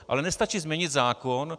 Ale nestačí změnit zákon.